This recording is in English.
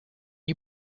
you